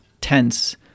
tense